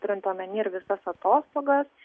turint omeny ir visas atostogas